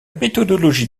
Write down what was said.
méthodologie